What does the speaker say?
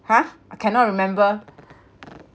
!huh! I cannot remember